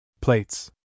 Plates